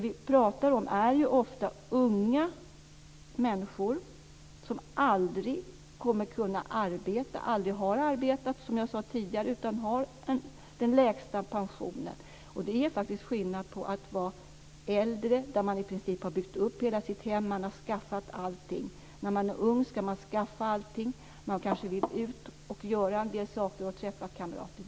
Vi pratar ju ofta om unga människor som aldrig kommer att kunna arbeta och som aldrig har arbetat, som jag sade tidigare. De har den lägsta pensionen. Det är faktiskt skillnad att vara äldre, då man i princip har byggt upp hela sitt hem och har allting. När man är ung ska man skaffa allting. Man kanske vill ut, göra en del saker och träffa kamrater.